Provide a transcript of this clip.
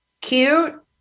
cute